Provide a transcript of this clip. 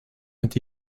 mit